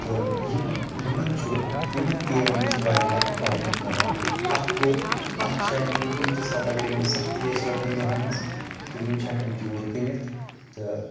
تہٕ یِمن چھُ یِمن تیٖرن نِش واریاہ فٲیدٕ مِلان اکھ گوٚو اکھ چھِ ہٮ۪کان یِم کُنہِ تہِ ساتہٕ اَگر یِمن سختی آسہِ رۄپین دہن ہٕنٛز تہٕ یِم چھِ ہٮ۪کان تیوٗر کٔنِتھ تہٕ